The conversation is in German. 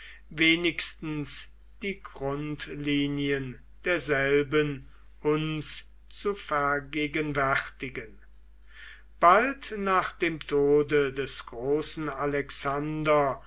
wenigstens die grundlinien derselben uns zu vergegenwärtigen bald nach dem tode des großen alexander